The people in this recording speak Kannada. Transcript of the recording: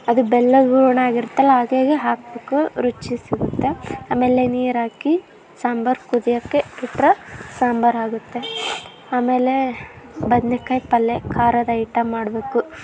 ಅದು ಬೆಲ್ಲದ ಹೂರ್ಣ ಆಗಿರುತ್ತಲ್ಲ ಅದು ಈಗ ಹಾಕ್ಬೇಕು ರುಚಿ ಸಿಗುತ್ತೆ ಆಮೇಲೆ ನೀರಾಕಿ ಸಾಂಬಾರು ಕುದಿಯೋಕ್ಕೆ ಇಟ್ರೆ ಸಾಂಬಾರಾಗುತ್ತೆ ಆಮೇಲೆ ಬದ್ನೆಕಾಯಿ ಪಲ್ಯ ಖಾರದ ಐಟಮ್ ಮಾಡಬೇಕು